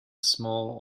small